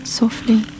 softly